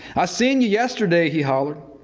i seen you yesterday, he hollered.